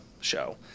show